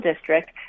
district